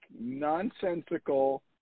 nonsensical